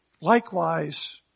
Likewise